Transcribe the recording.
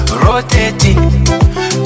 rotating